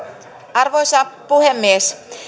arvoisa puhemies